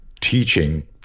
teaching